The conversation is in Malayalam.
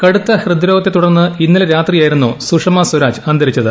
കടുത്ത ഹൃദ്രോഗത്തെ തുടർന്ന് ഇന്നലെ രാത്രിയായിരുന്നു സുഷമാ സ്ഥരാജ് അന്തരിച്ചത്